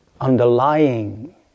underlying